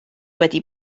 wedi